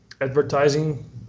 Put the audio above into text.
advertising